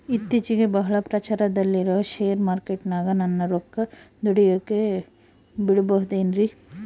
ಇತ್ತೇಚಿಗೆ ಬಹಳ ಪ್ರಚಾರದಲ್ಲಿರೋ ಶೇರ್ ಮಾರ್ಕೇಟಿನಾಗ ನನ್ನ ರೊಕ್ಕ ದುಡಿಯೋಕೆ ಬಿಡುಬಹುದೇನ್ರಿ?